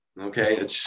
Okay